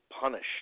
punished